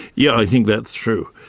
yeah i think that's true.